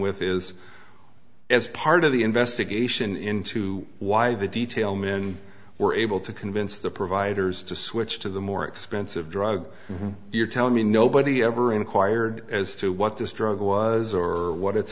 with is as part of the investigation into why the detail men were able to convince the providers to switch to the more expensive drug you're telling me nobody ever inquired as to what this drug was or what it